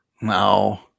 No